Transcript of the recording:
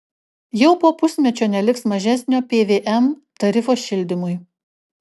jau po pusmečio neliks mažesnio pvm tarifo šildymui